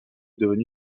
devenu